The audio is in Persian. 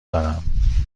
دارم